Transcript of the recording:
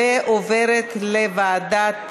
ותועבר לוועדת החוקה,